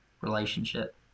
relationship